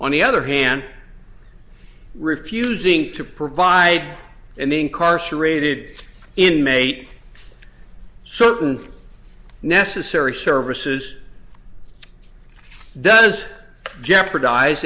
on the other hand refusing to provide an incarcerated inmate certain for necessary services does jeopardize